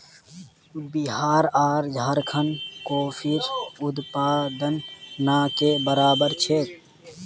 बिहार आर झारखंडत कॉफीर उत्पादन ना के बराबर छेक